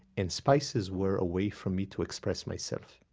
and spices were a way for me to express myself.